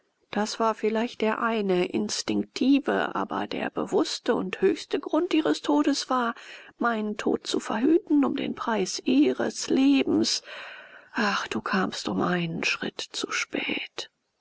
das war vielleicht der eine instinktive aber der bewußte und höchste grund ihres todes war meinen tod zu verhüten um den preis ihres lebens ach du kamst um einen schritt zu spät